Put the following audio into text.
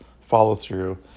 follow-through